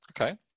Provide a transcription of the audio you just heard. Okay